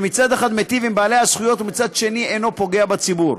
שמצד אחד מיטיב עם בעלי הזכויות ומצד שני אינו פוגע בציבור.